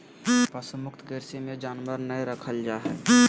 पशु मुक्त कृषि मे जानवर नय रखल जा हय